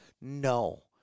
No